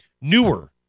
newer